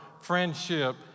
friendship